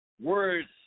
words